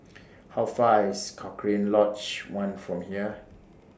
How Far IS Cochrane Lodge one from here